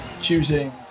choosing